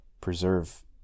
preserve